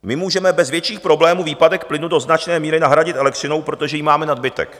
My můžeme bez větších problémů výpadek plynu do značné míry nahradit elektřinou, protože jí máme nadbytek.